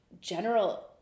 general